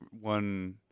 one